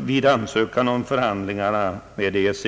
vid ansökan om förhandlingar med EEC.